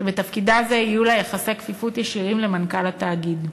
שבתפקידה זה יהיו לה יחסי כפיפות ישירים למנכ"ל התאגיד.